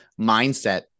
mindset